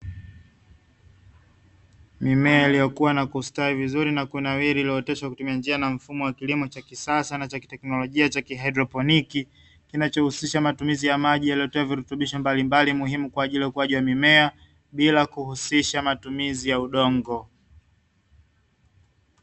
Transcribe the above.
Mimea iliyokuwa na kustawi vizuri na kunawiri ilioteshwa kutumia njia na mfumo wa kilimo cha kisasa na cha kiteknologia cha ki hydroponiki, kinachohusisha matumizi ya maji yaliyotevya virutubisho mbalimbali muhimu kwa ajili ya ukuaji wa mimea bila kuhusisha matumizi ya udongo.